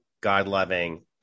God-loving